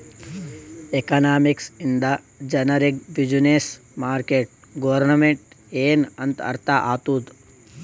economics ಇಂದ ಜನರಿಗ್ business, market, government ಎನ್ ಅಂತ್ ಅರ್ಥ ಆತ್ತುದ್